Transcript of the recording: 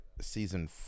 season